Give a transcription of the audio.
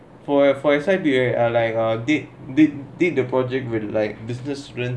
for your for your side ah like uh did did did the project with like business students